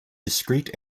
discrete